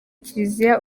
kiliziya